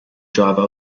driver